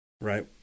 Right